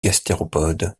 gastéropodes